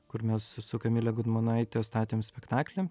kur mes su kamile gudmonaite statėm spektaklį